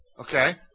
Okay